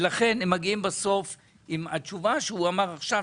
ולכן הם מגיעים בסוף עם התשובה שהוא אמר עכשיו,